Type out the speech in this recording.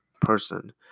person